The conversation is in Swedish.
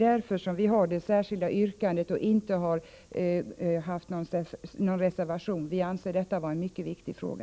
Därför har vi skrivit ett särskilt yttrande och inte avgivit någon reservation. Vi anser detta vara en mycket viktig fråga.